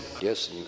Yes